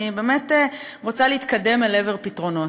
אני באמת רוצה להתקדם לעבר פתרונות.